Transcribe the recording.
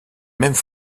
mêmes